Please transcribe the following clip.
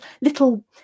little